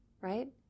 right